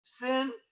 Sin